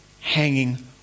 hanging